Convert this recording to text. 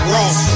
Ross